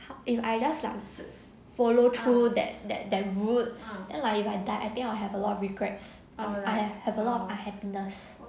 if I just like suits follow through that that that route then like if I die I think I will have a lot of regrets I have a lot of unhappiness